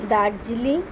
Darjeeling